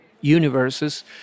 universes